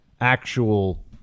actual